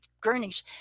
gurneys